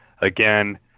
Again